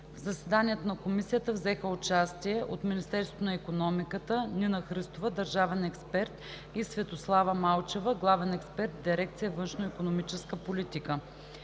В заседанието на комисията взеха участие от: Министерството на икономиката – Нина Христова – държавен експерт, и Светослава Малчева – главен експерт в дирекция ,,Външноикономическа политика“;